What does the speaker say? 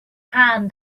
hand